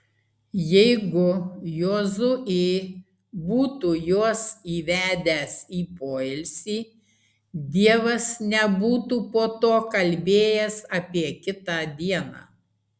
jeigu jozuė būtų juos įvedęs į poilsį dievas nebūtų po to kalbėjęs apie kitą dieną